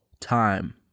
Time